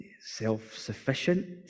self-sufficient